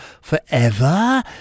forever